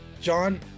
John